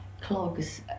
Clogs